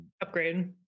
Upgrade